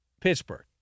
Pittsburgh